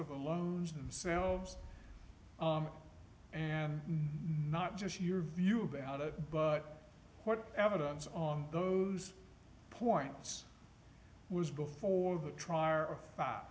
the loans themselves and not just your view about it but what evidence on those points was before the trial